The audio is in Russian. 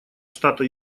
штата